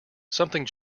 something